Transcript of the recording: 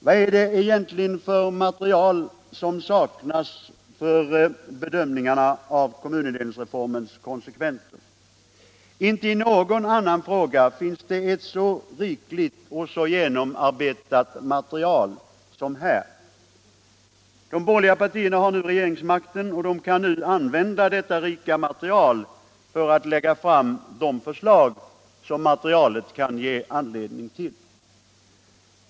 Vad är det egentligen för material som saknas för bedömningarna av kommunindelningsreformens konsekvenser? Inte i någon annan fråga finns ett så rikligt och så genomarbetat material som här. De borgerliga partierna har nu regeringsmakten, och de kan använda detta rika material för att lägga fram de förslag som materialet kan ge anledning till.